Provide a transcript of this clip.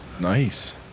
Nice